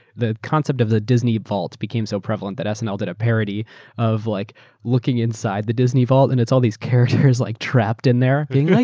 the concept of the disney vault became so prevalent that snl did a parody of like looking inside the disney vault and itaeurs all these characters like trapped in there, like